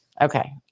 Okay